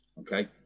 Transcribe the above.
okay